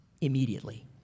Immediately